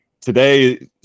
today